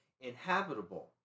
inhabitable